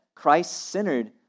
Christ-centered